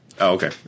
Okay